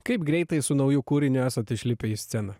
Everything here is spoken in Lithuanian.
kaip greitai su nauju kūriniu esat išlipę į sceną